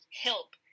help